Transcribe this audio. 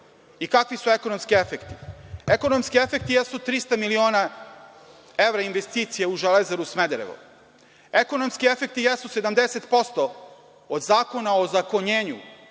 i kakvi su ekonomski efekti. Ekonomski efekti jesu 300 miliona evra investicija u „Železaru Smederevo“. Ekonomski efekti jesu 70% od Zakona o ozakonjenju